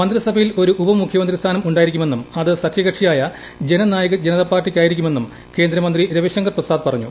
മന്ത്രിസഭയിൽ ഒരു ഉപമുഖൃമന്ത്രി സ്ഥാനം ഉണ്ടായിരിക്കുമെന്നും അത് സഖൃകക്ഷിയായ ജനനായക് ജനതാപാർട്ടിയക്ക്കാട്ടീരിക്കുമെന്നും കേന്ദ്രമന്ത്രി രവിശങ്കർ പ്രസാദ് പറഞ്ഞു